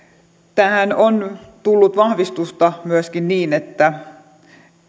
tähän on tullut vahvistusta myöskin niin että